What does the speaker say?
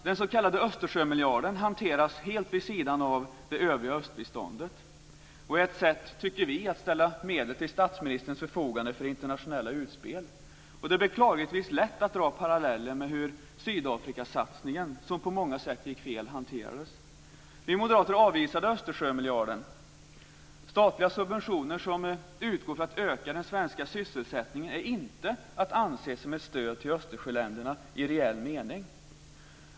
Den s.k. Östersjömiljarden hanteras helt vid sidan av det övriga östbiståndet och är ett sätt att ställa medel till statsministerns förfogande för internationella utspel. Det är beklagligtvis lätt att dra paralleller med hur Sydafrikasatsningen, som på många sätt gick fel, hanterades. Vi moderater avvisade Östersjömiljarden. Statliga subventioner som utgår för att öka den svenska sysselsättningen är inte att anse som ett stöd till Östersjöländerna i reell mening.